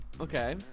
Okay